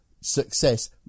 success